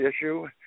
issue